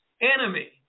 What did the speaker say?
enemy